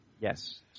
Yes